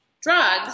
drugs